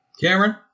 Cameron